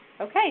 okay